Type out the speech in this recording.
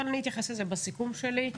אבל אני אתייחס לזה בסיכום שלי.